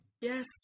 Yes